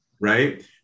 right